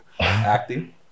acting